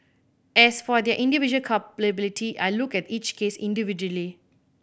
as for their individual culpability I looked at each case individually